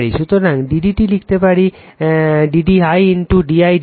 সুতরাং d d t লিখতে পারি d d i d i d t